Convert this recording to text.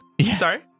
Sorry